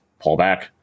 pullback